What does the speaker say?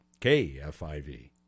KFIV